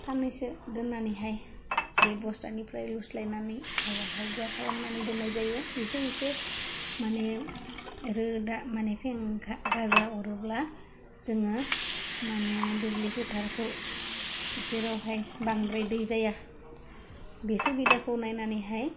साननैसो दोन्नानैहाय बे बस्थानिफ्राय लुस्लाइनानै हायावहाय गुवार खालामनानै दोन्नाय जायो इसे इसे माने रोदा माने फेंखा गाजा अरोब्ला जोङो माने दुब्लि फोथारखौ जेरावहाय बांद्राय दै जाया बे सुबिदाखौ नायनानैहाय